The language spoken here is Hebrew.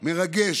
מרגש,